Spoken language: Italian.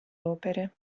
opere